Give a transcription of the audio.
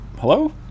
Hello